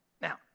Now